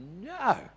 no